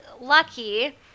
lucky